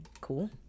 cool